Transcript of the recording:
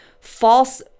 false